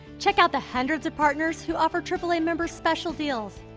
check out the hundreds of partners who offer triple a members special deals.